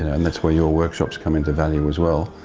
and that's were your workshops come into value as well,